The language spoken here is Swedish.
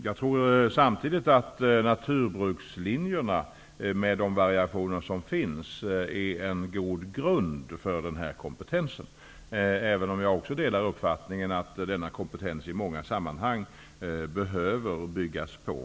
Jag tror samtidigt att naturbrukslinjerna, med de variationer som finns, är en god grund för denna kompetens, även om jag också delar uppfattningen att kompetensen i många sammanhang behöver byggas på.